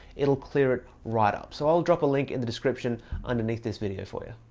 it'll clear it right up. so i'll drop a link in the description under this this video for you.